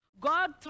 God